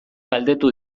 galdetu